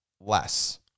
less